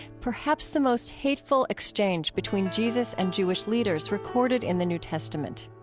perhaps the most hateful exchange between jesus and jewish leaders recorded in the new testament.